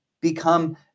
become